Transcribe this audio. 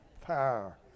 Power